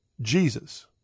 Jesus